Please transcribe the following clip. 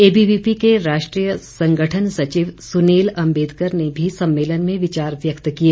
ABVP के राष्ट्रीय संगठन सचिव सुनील अम्बेडकर ने भी सम्मेलन में विचार व्यक्त किए